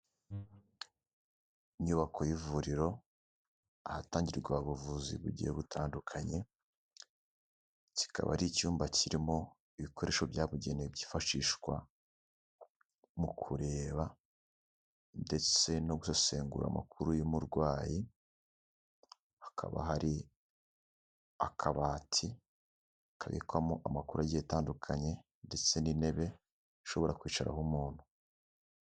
Inyubako y'ivuriro, ahatangirwa ubuvuzi bugiye butandukanye, kikaba ari icyumba kirimo ibikoresho byabugenewe byifashishwa mu kureba ndetse no gusesengura amakuru y'umurwayi, hakaba hari akabati kabikwamo amakuru agiye atandukanye ndetse n'intebe ishobora kwicaraho umuntu.